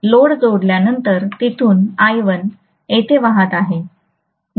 load जोडल्यानंतर तिथून I1 येथे वाहत आहे